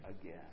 again